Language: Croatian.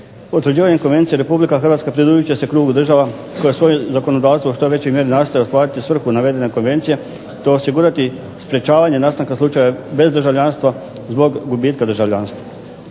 Potvrđivanjem konvencije RH pridružit će se krugu država koje svoje zakonodavstvo u što većoj mjeri nastoji ostvariti svrhu navedene konvencije, te osigurati sprečavanje nastanka slučaja bezdržavljanstva zbog gubitka državljanstva.